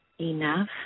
enough